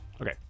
Okay